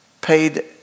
paid